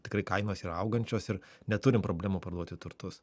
tikrai kainos ir augančios ir neturim problemų parduoti turtus